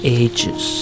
ages